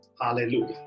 Hallelujah